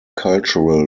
cultural